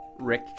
Rick